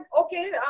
okay